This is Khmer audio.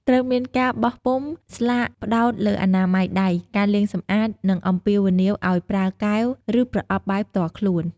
ត្រូវមានការបោះពុម្ពស្លាកផ្តោតលើអនាម័យដៃ ការលាងសម្អាត និងអំពាវនាវឲ្យប្រើកែវ ឬប្រអប់បាយផ្ទាល់ខ្លួន ។